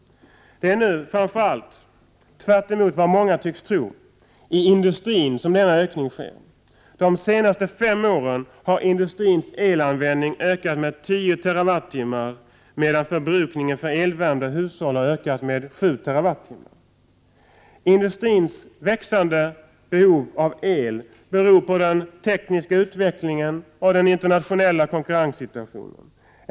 Det är nu framför allt — tvärtemot vad många tycks tro —i industrin som denna ökning sker. De senaste fem åren har industrins elanvändning ökat med 10 TWh medan förbrukningen för elvärmda hushåll har ökat med 7 TWh. Industrins växande behov av el beror på den tekniska utvecklingen och den internationella konkurrenssituationen.